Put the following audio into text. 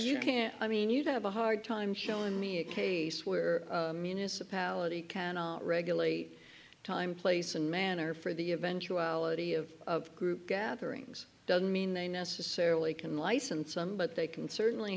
you can't i mean you have a hard time showing me a case where municipality cannot regulate time place and manner for the eventuality of group gatherings doesn't mean they necessarily can license on but they can certainly